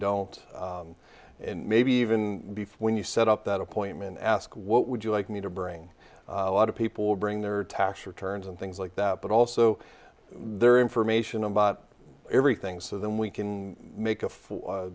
don't and maybe even before when you set up that appointment ask what would you like me to bring a lot of people bring their tax returns and things like that but also their information about everything so then we can make a f